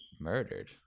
murdered